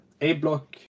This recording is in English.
A-Block